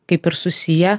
kaip ir susiję